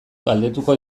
galdetuko